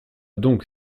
donc